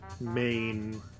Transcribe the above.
main